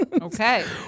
Okay